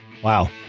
Wow